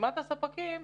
וברשימת הספקים,